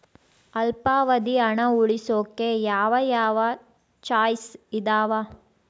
ಅಲ್ಪಾವಧಿ ಹಣ ಉಳಿಸೋಕೆ ಯಾವ ಯಾವ ಚಾಯ್ಸ್ ಇದಾವ?